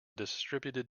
distributed